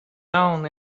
down